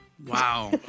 Wow